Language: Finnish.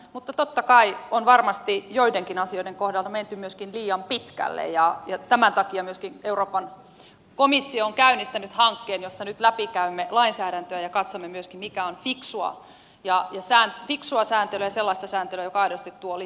mutta totta kai on varmasti joidenkin asioiden kohdalta menty myöskin liian pitkälle ja tämän takia myöskin euroopan komissio on käynnistänyt hankkeen jossa nyt läpikäymme lainsäädäntöä ja katsomme myöskin mikä on fiksua sääntelyä ja sellaista sääntelyä joka aidosti tuo lisäarvoa